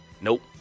Nope